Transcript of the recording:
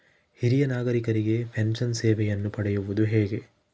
ಹಿರಿಯ ನಾಗರಿಕರಿಗೆ ಪೆನ್ಷನ್ ಸೇವೆಯನ್ನು ಪಡೆಯುವುದು ಹೇಗೆ?